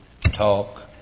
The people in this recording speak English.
Talk